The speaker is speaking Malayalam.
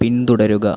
പിന്തുടരുക